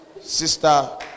Sister